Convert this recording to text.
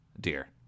dear